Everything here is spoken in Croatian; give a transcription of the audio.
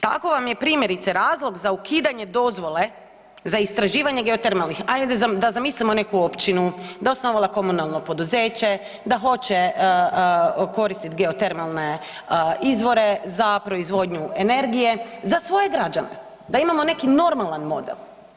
Tako vam je, primjerice, razlog za ukidanje dozvole za istraživanje geotermalnih, ajde, da zamislimo neku općinu, da je osnovala komunalno poduzeće, da hoće koristiti geotermalne izvore za proizvodnju energije, za svoje građane, da imamo neki normalan model.